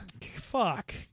Fuck